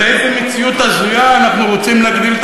ואיזו מציאות הזויה: אנחנו רוצים להגדיל את